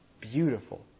beautiful